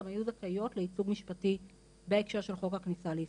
הן היו זכאיות לייצוג משפטי בהקשר של חוק הכניסה לישראל,